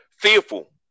fearful